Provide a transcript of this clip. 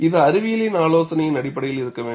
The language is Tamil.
இது அறிவியல் ஆலோசனையின் அடிப்படையில் இருக்க வேண்டும்